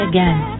Again